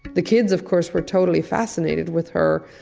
the kids of course were totally fascinated with her,